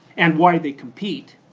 and why they compete,